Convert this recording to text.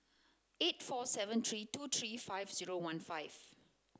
eight four seven three two three five zero one five